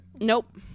Nope